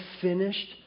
finished